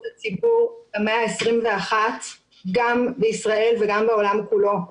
הציבור במאה ה-21 גם בישראל וגם בעולם כולו.